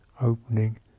opening